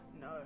No